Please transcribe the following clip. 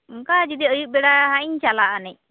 ᱚᱱᱠᱟ ᱡᱩᱫᱤ ᱟᱭᱩᱵ ᱵᱮᱲᱟ ᱦᱟᱸᱜ ᱤᱧ ᱪᱟᱞᱟᱜᱼᱟ ᱟᱹᱱᱤᱡ